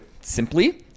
simply